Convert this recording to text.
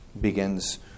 begins